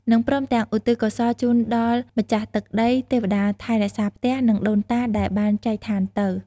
និងព្រមទាំងឧទ្ទិសកុសលជូនដល់ម្ចាស់ទឹកដី ទេវតាថែរក្សាផ្ទះ និងដូនតាដែលបានចែកឋានទៅ។